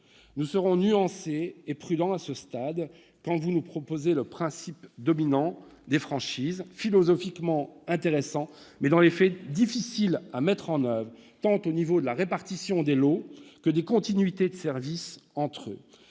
nous serons nuancés et prudents devant votre proposition reprenant le principe dominant des franchises, philosophiquement intéressant, mais dans les faits difficile à mettre en oeuvre, aux niveaux tant de la répartition des lots que des continuités de service entre eux.